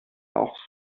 auch